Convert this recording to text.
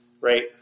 right